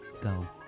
Go